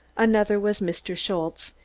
another was mr. schultze,